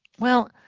well,